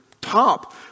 top